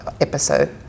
episode